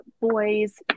boys